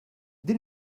din